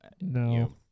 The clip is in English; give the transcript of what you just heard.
No